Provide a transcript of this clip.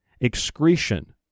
Excretion